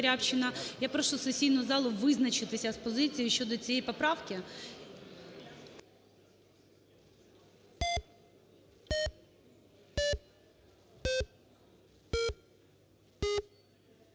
Я прошу сесійну залу визначитися з позицією щодо цієї поправки.